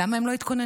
למה הם לא התכוננו?